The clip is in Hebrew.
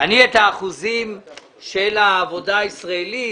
את האחוזים של העבודה הישראלית,